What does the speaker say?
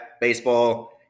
baseball